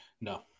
No